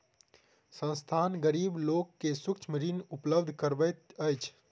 संस्थान, गरीब लोक के सूक्ष्म ऋण उपलब्ध करबैत अछि